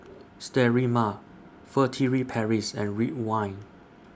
Sterimar Furtere Paris and Ridwind